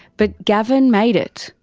but gavin made it,